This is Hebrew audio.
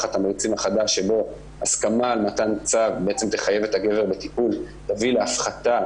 התמריצים החדש בו הסכמה על מתן צו תחייב את הגבר בטיפול תביא להפחתה